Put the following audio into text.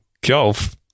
Golf